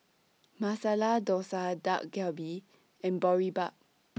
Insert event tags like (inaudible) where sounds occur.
Masala Dosa Dak Galbi and Boribap (noise)